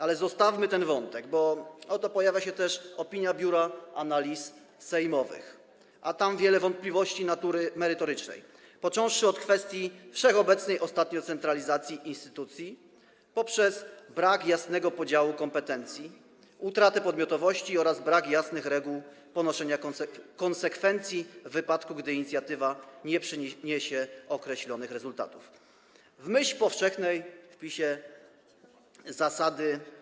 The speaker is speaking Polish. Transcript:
Ale zostawmy ten wątek, bo oto pojawia się też opinia Biura Analiz Sejmowych, a tam wiele wątpliwości natury merytorycznej, począwszy od kwestii wszechobecnej ostatnio centralizacji instytucji, poprzez brak jasnego podziału kompetencji, utratę podmiotowości oraz brak jasnych reguł ponoszenia konsekwencji w wypadku, gdy inicjatywa nie przyniesie określonych rezultatów - w myśl powszechnej w PiS-ie zasady.